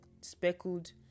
speckled